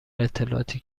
اطلاعاتی